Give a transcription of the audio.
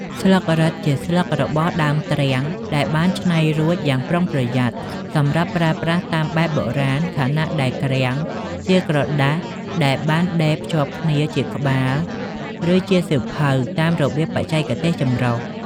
ស្លឹករឹត ជាស្លឹករបស់ដើមទ្រាំងដែលបានច្នៃរួចយ៉ាងប្រុងប្រយ័ត្ន សម្រាប់ប្រើប្រាស់តាមបែបបុរាណ ខណៈដែល "ក្រាំង" ជាក្រដាសដែលបានដេរភ្ជាប់គ្នាជាក្បាល ឬជាសៀវភៅ តាមរបៀបបច្ចេកទេសចំរុះ។